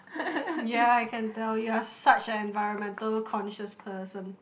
ya I can tell you are such a environmental concious person